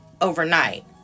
overnight